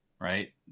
right